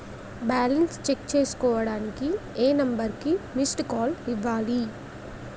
Balance check చేసుకోవటానికి ఏ number కి మిస్డ్ కాల్ ఇవ్వాలి?